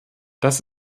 das